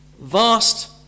vast